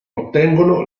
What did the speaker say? ottengono